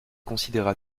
considéra